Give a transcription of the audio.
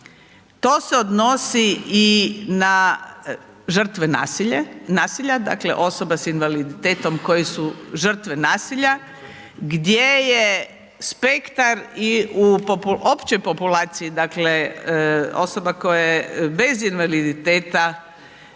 to se odnosi i na žrtve nasilja, dakle, osoba s invaliditetom koje su žrtve nasilja, gdje je spektar i u općoj populaciji, dakle, osoba koje bez invaliditeta,